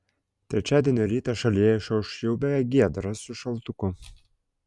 trečiadienio rytas šalyje išauš jau beveik giedras su šaltuku